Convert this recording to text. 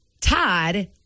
Todd